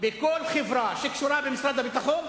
בכל חברה שקשורה במשרד הביטחון,